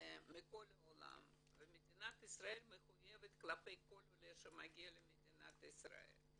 העולם ומדינת ישראל מחויבת כלפי כל עולה שמגיע למדינת ישראל.